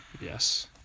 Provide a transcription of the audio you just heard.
yes